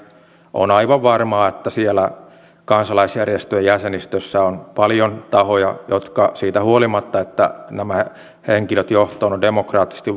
on aivan varmaa että siellä kansalaisjärjestöjen jäsenistössä on paljon tahoja jotka siitä huolimatta että nämä henkilöt johtoon on demokraattisesti